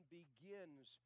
begins